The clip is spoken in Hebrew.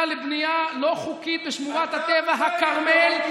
על בנייה לא חוקית בשמורת הטבע הכרמל,